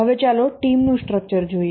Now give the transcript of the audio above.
હવે ચાલો ટીમનું સ્ટ્રક્ચર જોઈએ